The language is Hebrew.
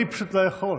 אני פשוט לא יכול.